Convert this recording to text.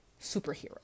superhero